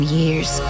years